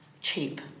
cheap